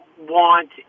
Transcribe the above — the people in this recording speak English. want